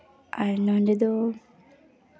ᱟᱨ ᱱᱚᱰᱮ ᱫᱚ